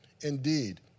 indeed